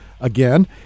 again